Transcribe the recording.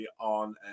on